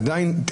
עדיין,